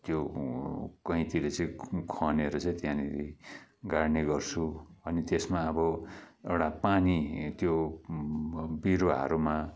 त्यो गैँतीले चाहिँ खनेर चाहिँ त्यहाँनिर गाड्ने गर्छु अनि त्यसमा अब एउटा पानी त्यो बिरुवाहरूमा